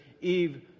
Eve